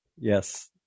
Yes